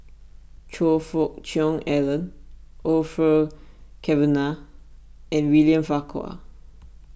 Choe Fook Cheong Alan Orfeur Cavenagh and William Farquhar